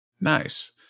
Nice